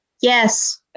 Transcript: Yes